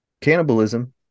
cannibalism